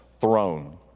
throne